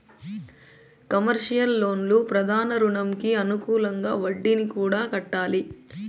commercial లోన్లు ప్రధాన రుణంకి అనుకూలంగా వడ్డీని కూడా కట్టాలి